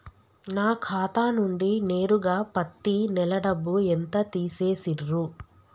నా ఖాతా నుండి నేరుగా పత్తి నెల డబ్బు ఎంత తీసేశిర్రు?